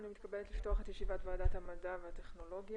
אני מתכבדת לפתוח את ישיבת ועדת המדע והטכנולוגיה,